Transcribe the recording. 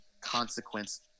consequence